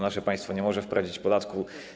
Nasze państwo nie może wprowadzić podatku.